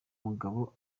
mugabo